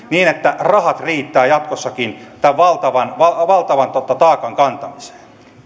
niin että rahat riittävät jatkossakin tämän valtavan valtavan taakan kantamiseen